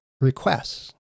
requests